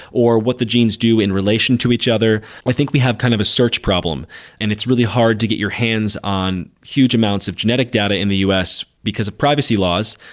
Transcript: or what the genes do in relation to each other. i think we have kind of a search problem and it's really hard to get your hands on huge amounts of genetic data in the us because of privacy laws.